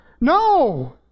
No